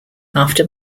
after